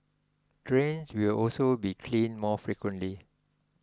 drains will also be cleaned more frequently